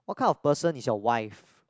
what kind of person is your wife